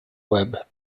web